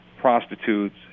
prostitutes